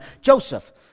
Joseph